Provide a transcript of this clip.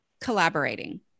collaborating